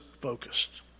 focused